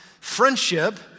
friendship